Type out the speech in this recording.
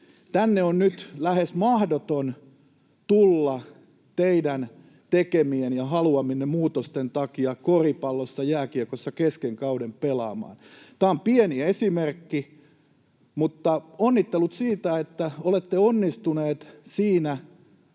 Tänne on nyt lähes mahdoton tulla teidän tekemienne ja haluamienne muutosten takia koripallossa, jääkiekossa kesken kauden pelaamaan. Tämä on pieni esimerkki, mutta onnittelut siitä, että olette onnistuneet siinä,